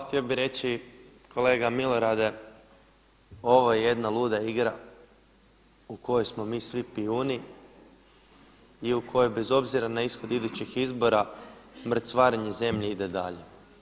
Htio bih reći kolega Milorade, ovo je jedna luda igra u kojoj smo mi svi pijuni i u kojoj bez obzira na ishod idućih izbora mrcvarenje zemlje ide dalje.